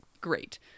great